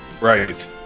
right